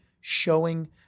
showing